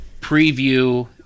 preview